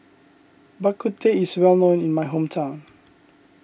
Bak Kut Teh is well known in my hometown